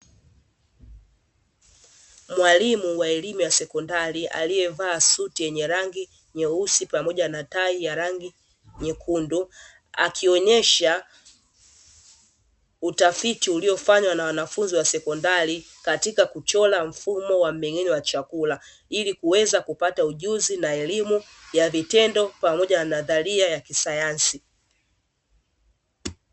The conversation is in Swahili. Mwalimu wa elimu ya sekondari aliyevaa suti yenye rangi nyeusi pamoja na tai ya rangi nyekundu, akionyesha utafiti uliofanywa na wanafunzi wa sekondari katika kuchora mfumo wa mmeng'enyo wa chakula ili kuweza kupata ujuzi na elimu ya vitendo pamoja na nadharia ya kisayansi.